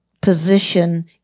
position